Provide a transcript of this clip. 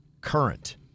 Current